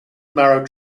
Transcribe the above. marrow